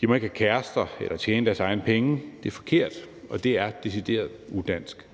De må ikke have kærester eller tjene deres egne penge. Det er forkert, og det er decideret udansk.